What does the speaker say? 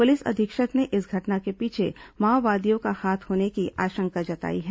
police अधीक्षक ने इस घटना के पीछे माओवादियों का हाथ होने की आशंका जताई है